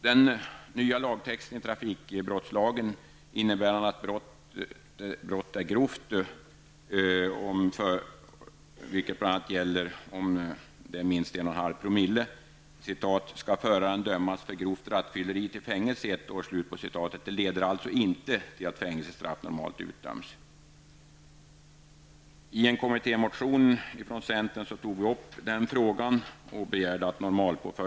Den nya lagtexten i trafikbrottslagen innebär att om brottet är grovt -- vilket det bl.a. är om det gäller minst 1,5 promille -- ''skall dömas för grovt sjöfylleri till fängelse i högst ett år''. Det leder alltså inte till att fängelsestraff normalt utdöms. I en kommittémotion från allmänna motionstiden i januari från centern togs denna fråga upp.